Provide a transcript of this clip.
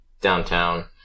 downtown